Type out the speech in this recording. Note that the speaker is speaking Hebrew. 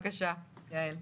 בבקשה, יעל,